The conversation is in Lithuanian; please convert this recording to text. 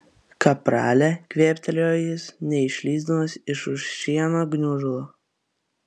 kaprale kvėptelėjo jis neišlįsdamas iš už šieno gniužulo